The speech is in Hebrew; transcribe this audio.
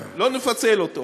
לא נפצל אותו.